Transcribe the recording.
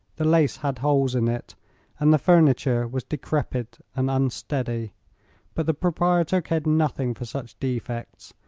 the lace had holes in it and the furniture was decrepit and unsteady but the proprietor cared nothing for such defects.